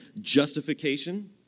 justification